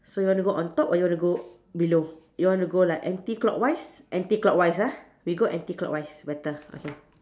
so you want to go on top or you want to go below you want to go like anticlockwise anticlockwise ah we go anticlockwise better okay